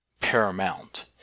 paramount